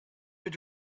your